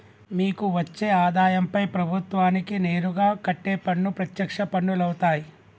మీకు వచ్చే ఆదాయంపై ప్రభుత్వానికి నేరుగా కట్టే పన్ను ప్రత్యక్ష పన్నులవుతాయ్